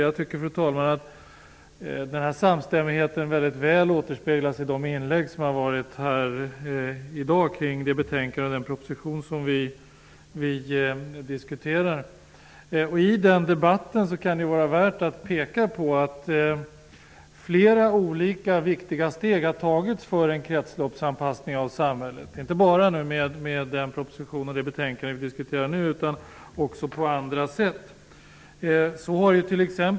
Jag tycker, fru talman, att den här samstämmigheten mycket väl återspeglas i de inlägg som har gjorts här i dag kring det betänkande och den proposition som behandlas. Det kan vara värt att i denna debatt peka på att flera olika viktiga steg har tagits för en kretsloppsanpassning av samhället, inte bara genom denna proposition och detta betänkande, utan också på andra sätt.